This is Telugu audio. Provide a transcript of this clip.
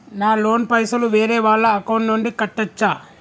నా లోన్ పైసలు వేరే వాళ్ల అకౌంట్ నుండి కట్టచ్చా?